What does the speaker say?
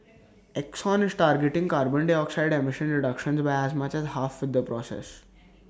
exxon is targeting carbon dioxide emission reductions by as much as half with the process